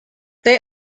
they